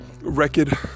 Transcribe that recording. record